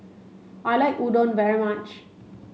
I like Udon very much